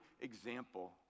example